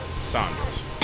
Saunders